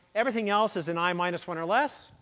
everything else is in i minus one or less,